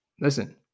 listen